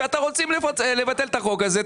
ואם אתם רוצים לחוקק את החוק הזה,